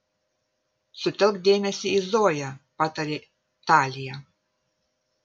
sutelk dėmesį į zoją patarė talija